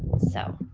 so,